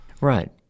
Right